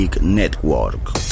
NETWORK